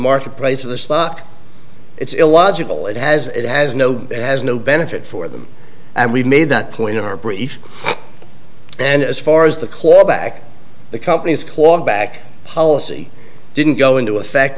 market price of the stock it's illogical it has it has no it has no benefit for them and we've made that point in our brief and as far as the claw back the company's claw back policy didn't go into effect